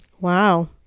Wow